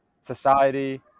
society